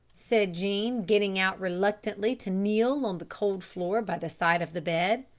said jean, getting out reluctantly to kneel on the cold floor by the side of the bed.